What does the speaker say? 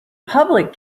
public